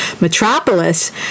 metropolis